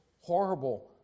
horrible